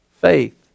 faith